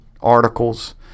articles